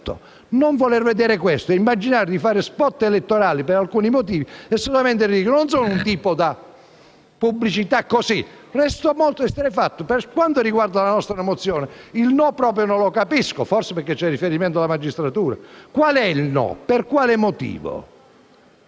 Non voler vedere questo e immaginare di fare *spot* elettorali è assolutamente ridicolo. Io non sono un tipo da pubblicità e resto decisamente esterrefatto. Per quanto riguarda la nostra mozione, il no proprio non lo capisco (forse perché c'è un riferimento alla magistratura). Qual è il no? Per quale motivo?